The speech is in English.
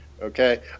Okay